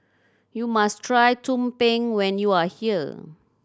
you must try tumpeng when you are here